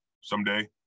someday